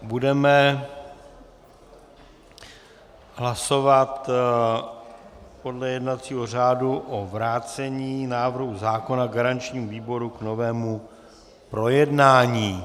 Budeme hlasovat podle jednacího řádu o vrácení návrhu zákona garančnímu výboru k novému projednání.